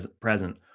present